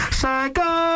psycho